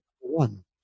one